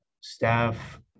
staff